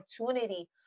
opportunity